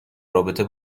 رابطه